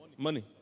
money